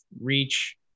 reach